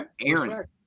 Aaron